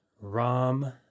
ram